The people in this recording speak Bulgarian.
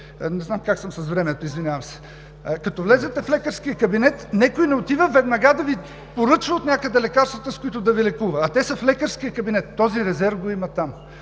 да се работи. И в заключение, като влезете в лекарския кабинет, никой не отива веднага да Ви поръчва отнякъде лекарствата, с които да Ви лекува, а те са в лекарския кабинет. Този резерв го има там.